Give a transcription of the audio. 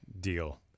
deal